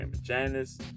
Janice